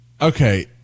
Okay